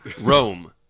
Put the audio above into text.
Rome